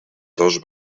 dos